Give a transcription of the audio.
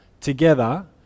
together